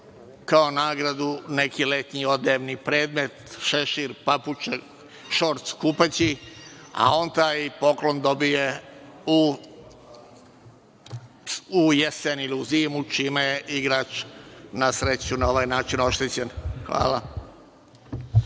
kao nagradu neki letnji odevni predmet, šešir, papuče, šorc, kupaći, a on taj poklon dobije u jesen ili u zimu, čime igrač na sreću je oštećen. Hvala.